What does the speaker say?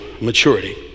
maturity